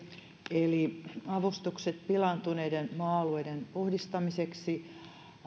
eli avustukset pilaantuneiden maa alueiden puhdistamiseksi